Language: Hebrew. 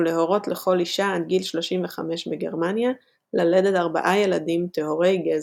ולהורות לכל אישה עד גיל 35 בגרמניה ללדת ארבעה ילדים "טהורי גזע",